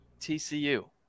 tcu